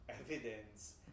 evidence